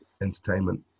entertainment